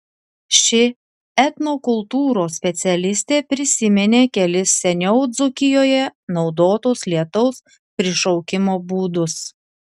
ši etnokultūros specialistė prisiminė kelis seniau dzūkijoje naudotus lietaus prišaukimo būdus